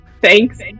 Thanks